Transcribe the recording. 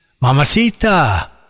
Mamacita